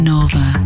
Nova